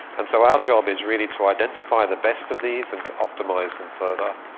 and so our job is really to identify the best of these and to optimise them further.